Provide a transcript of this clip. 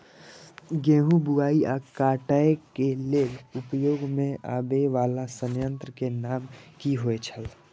गेहूं बुआई आ काटय केय लेल उपयोग में आबेय वाला संयंत्र के नाम की होय छल?